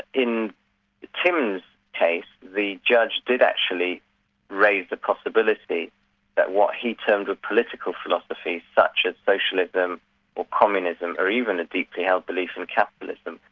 in tim's case, the judge did actually raise the possibility that what he termed were political philosophies such as socialism, or communism, or even a deeply held belief in capitalism,